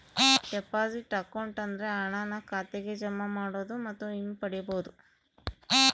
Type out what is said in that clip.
deposit account ಅಂದ್ರೆ ಹಣನ ಖಾತೆಗೆ ಜಮಾ ಮಾಡೋದು ಮತ್ತು ಹಿಂಪಡಿಬೋದು